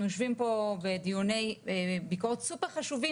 אנחנו יושבים פה בדיוני ביקורת סופר חשובים